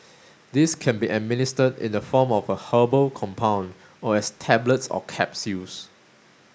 these can be administered in the form of a herbal compound or as tablets or capsules